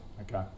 Okay